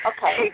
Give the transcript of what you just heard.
Okay